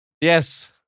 Yes